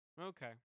okay